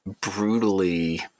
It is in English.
brutally